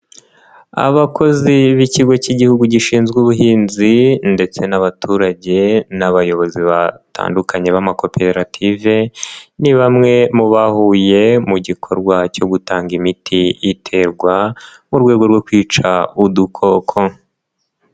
Abakozi b'ikigo cy'igihugu gishinzwe ubuhinzi ndetse n'abaturage n'abayobozi batandukanye b'amakoperative ni bamwe mu bahuye mu gikorwa cyo gutanga imiti iterwa mu rwego rwo kwica udukoko.